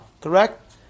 Correct